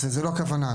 זוהי לא הכוונה.